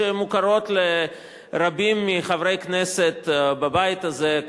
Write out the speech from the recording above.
שמוכרות לרבים מחברי הכנסת בבית הזה,